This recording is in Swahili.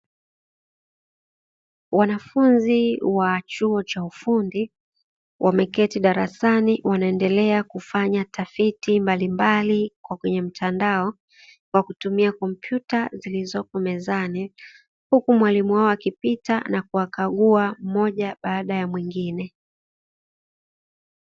Wanafunzi wa chuo cha ufundi, wameketi darasani wakiendelea kufanya tafiti mbalimbali kwenye mtandao, kwa kutumia kompyuta zilizopo mezani, huku mwalimu wao akipita kukagua mmoja baada ya mwingine.